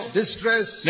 distress